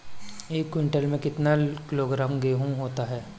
एक क्विंटल में कितना किलोग्राम गेहूँ होता है?